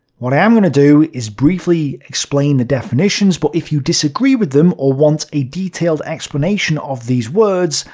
what i am going to do is briefly explain the definitions, but if you disagree with them, or want a detailed explanation of these words,